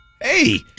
Hey